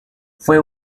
fue